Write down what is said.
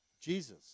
Jesus